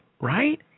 right